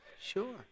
Sure